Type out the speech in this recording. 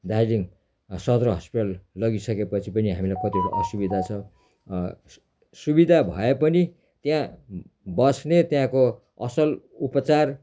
Darjeeling Sadar hospital लगिसकेपछि पनि हामीलाई कतिवटा असुविधा छ सुविधा भए पनि त्यहाँ बस्ने त्यहाँको असल उपचार